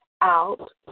out